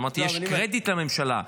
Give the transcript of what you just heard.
אמרתי שיש קרדיט לממשלה,